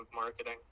marketing